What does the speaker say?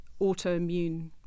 autoimmune